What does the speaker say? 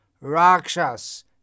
rakshas